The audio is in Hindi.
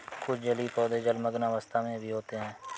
कुछ जलीय पौधे जलमग्न अवस्था में भी होते हैं